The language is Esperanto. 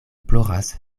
ploras